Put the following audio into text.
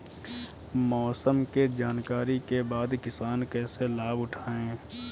मौसम के जानकरी के बाद किसान कैसे लाभ उठाएं?